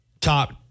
top